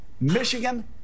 michigan